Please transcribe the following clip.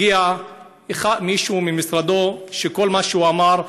הגיע מישהו ממשרדו, וכל מה שהוא אמר זה: